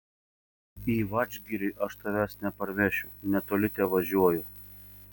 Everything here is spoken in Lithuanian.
į vadžgirį aš tavęs neparvešiu netoli tevažiuoju